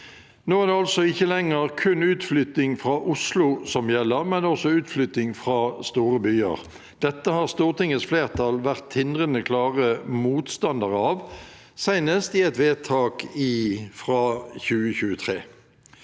Nå er det altså ikke lenger kun utflytting fra Oslo som gjelder, men også utflytting fra store byer. Dette har Stortingets flertall vært tindrende klare motstandere av, senest i et vedtak fra 2023.